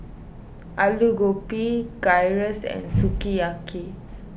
Alu Gobi Gyros and Sukiyaki